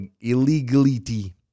illegality